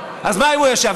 אז מה אם הוא ישב?